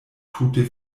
tute